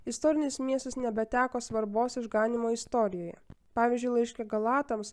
istorinis miestas nebeteko svarbos išganymo istorijoje pavyzdžiui laiške galatams